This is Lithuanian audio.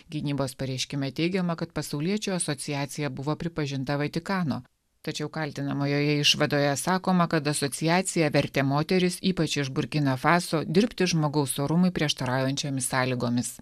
gynybos pareiškime teigiama kad pasauliečių asociacija buvo pripažinta vatikano tačiau kaltinamojoje išvadoje sakoma kad asociacija vertė moteris ypač iš burkina faso dirbti žmogaus orumui prieštaraujančiomis sąlygomis